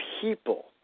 people